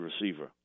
receiver